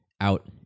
out